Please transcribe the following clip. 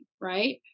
right